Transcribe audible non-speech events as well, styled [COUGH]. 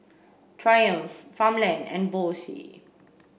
Triumph Farmland and [UNINTELLIGIBLE]